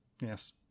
Yes